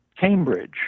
Cambridge